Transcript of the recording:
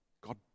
God